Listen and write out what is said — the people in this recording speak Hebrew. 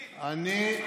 למה?